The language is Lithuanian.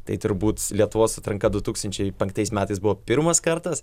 tai turbūt lietuvos atranka du tūkstančiai penktais metais buvo pirmas kartas